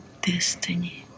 destiny